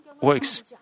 works